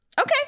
Okay